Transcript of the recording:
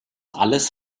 alles